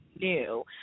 new